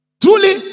Truly